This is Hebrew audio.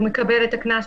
הוא מקבל את הקנס,